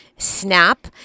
snap